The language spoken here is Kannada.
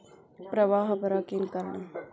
ಪ್ರವಾಹ ಬರಾಕ್ ಏನ್ ಕಾರಣ?